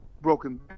broken